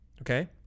Okay